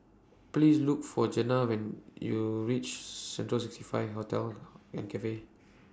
Please Look For Jena when YOU REACH Central sixty five Hostel and Cafe